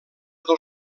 del